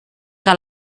que